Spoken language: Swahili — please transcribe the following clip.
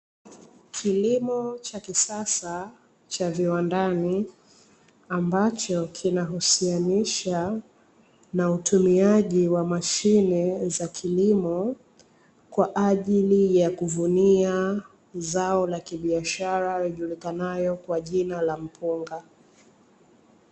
Kilimo cha kisasa cha viwandani, ambacho kinahusianisha na utumiaji wa mashine za kilimo, kwa ajili ya kuvunia zao la kibiashara, lijulikanalo kwa jina la mpunga.